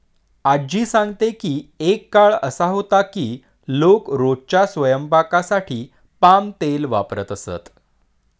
आज्जी सांगते की एक काळ असा होता की लोक रोजच्या स्वयंपाकासाठी पाम तेल वापरत असत